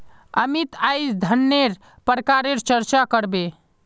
अमित अईज धनन्नेर प्रकारेर चर्चा कर बे